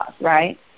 right